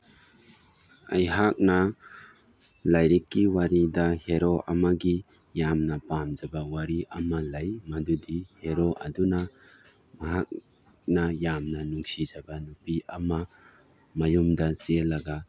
ꯑꯩꯍꯥꯛꯅ ꯂꯥꯏꯔꯤꯛꯀꯤ ꯋꯥꯔꯤꯗ ꯍꯦꯔꯣ ꯑꯃꯒꯤ ꯌꯥꯝꯅ ꯄꯥꯝꯖꯕ ꯋꯥꯔꯤ ꯑꯃ ꯂꯩ ꯃꯗꯨꯗꯤ ꯍꯦꯔꯣ ꯑꯗꯨꯅ ꯃꯍꯥꯛꯅ ꯌꯥꯝꯅ ꯅꯨꯡꯁꯤꯖꯕ ꯅꯨꯄꯤ ꯑꯃ ꯃꯌꯨꯝꯗ ꯆꯦꯜꯂꯒ